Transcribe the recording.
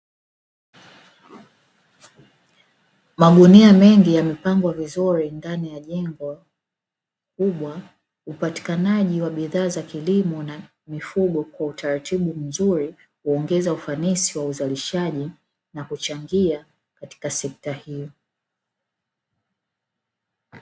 Magunia mengi yamepangwa vizuri ndani ya jengo kubwa, upatikanaji wa bidhaa za kilimo na mifugo, kwa utaratibu mzuri, huongeza ufanisi wa uzalishaji, na kuchangia katika sekta hiyo.